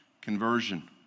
conversion